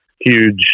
huge